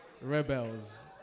rebels